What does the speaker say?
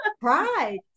Pride